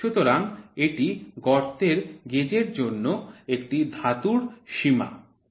সুতরাং এটি গর্তের গজের জন্য একটি ধাতুর সীমা